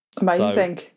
Amazing